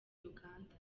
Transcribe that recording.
uganda